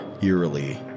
eerily